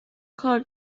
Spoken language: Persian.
کار